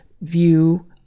view